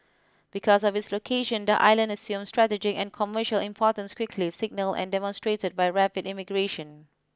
because of its location the island assumed strategic and commercial importance quickly signalled and demonstrated by rapid immigration